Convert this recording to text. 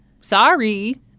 Sorry